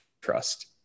trust